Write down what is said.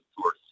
Source